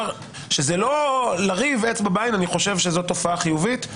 שזה לא לריב עם אצבע בעין אני חושב שזאת תופעה חיובית,